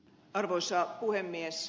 arvoisa puhemies